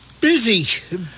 busy